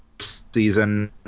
season